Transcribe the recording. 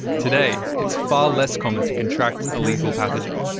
today, it's far less common to contract a lethal pathogen.